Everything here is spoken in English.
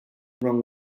wrong